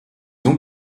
ont